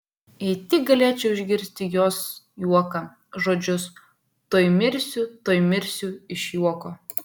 jei tik galėčiau išgirsti jos juoką žodžius tuoj mirsiu tuoj mirsiu iš juoko